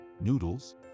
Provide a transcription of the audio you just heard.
noodles